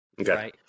Okay